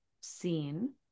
seen